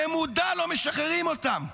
במודע לא משחררים אותם.